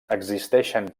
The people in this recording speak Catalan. existeixen